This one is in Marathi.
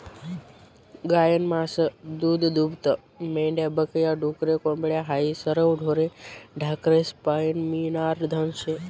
गायनं मास, दूधदूभतं, मेंढ्या बक या, डुकरे, कोंबड्या हायी सरवं ढोरे ढाकरेस्पाईन मियनारं धन शे